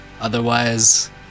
otherwise